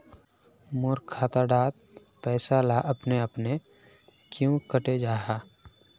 मोर खाता डार पैसा ला अपने अपने क्याँ कते जहा?